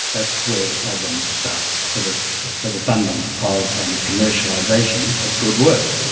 that's where the problem starts for the for the funding of and commercialisation of good work.